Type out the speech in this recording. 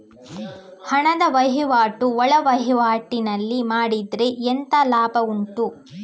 ಹಣದ ವಹಿವಾಟು ಒಳವಹಿವಾಟಿನಲ್ಲಿ ಮಾಡಿದ್ರೆ ಎಂತ ಲಾಭ ಉಂಟು?